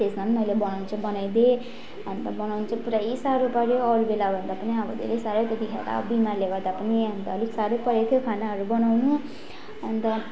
त्यसमा पनि मैले बनाउनु चाहिँ बनाइदिएँ अन्त बनाउनु चाहिँ पुरै साह्रौ पऱ्यो अरू बेलाभन्दा पनि अब धेरै साह्रो त्यतिखेर त अब बिमारले गर्दा पनि अलिक साह्रै परेको थियो खानाहरू बनाउनु अन्त